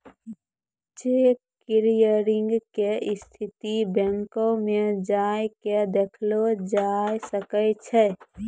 cheque clearing के स्थिति बैंको मे जाय के देखलो जाय सकै छै